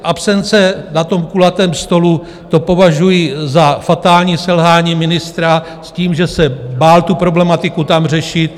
Absence na kulatém stolu to považuji za fatální selhání ministra s tím, že se bál tu problematiku tam řešit.